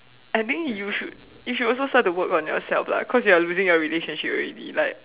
I think you should you should also start to work on yourself lah cause you are losing your relationship already like